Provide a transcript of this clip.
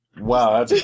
Wow